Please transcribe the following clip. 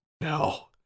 no